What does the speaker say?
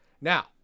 Now